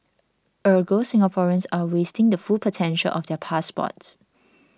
Ergo Singaporeans are wasting the full potential of their passports